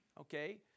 okay